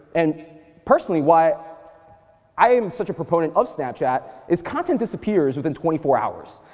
and personally, why i am such a proponent of snapchat is content disappears within twenty four hours,